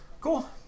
Cool